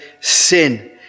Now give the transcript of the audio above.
sin